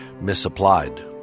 misapplied